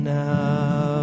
now